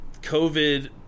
COVID